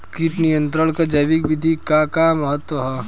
कीट नियंत्रण क जैविक विधि क का महत्व ह?